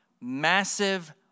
massive